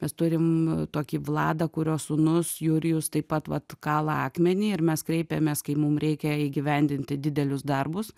mes turim tokį vladą kurio sūnus jurijus taip pat vat kala akmenį ir mes kreipiamės kai mum reikia įgyvendinti didelius darbus